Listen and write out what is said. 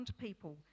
people